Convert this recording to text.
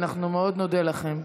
אנחנו מאוד נודה לכם.